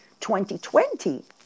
2020